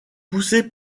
poussé